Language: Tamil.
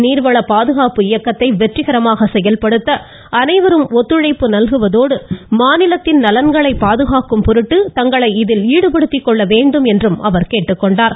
நீர்வள பாதுகாப்பு இயக்கத்தை வெற்றிகரமாக செயல்படுத்த அனைவரும் ஒத்துழைப்பு நல்குவதோடு மாநிலத்தின் நலன்களை பாதுகாக்கும் பொருட்டு ஈடுபடுத்திக் கொள்ள வேண்டும் என்று முதலமைச்சர் தங்களை இதில் கேட்டுக்கொண்டார்